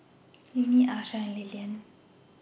Linnie Achsah and Lilyan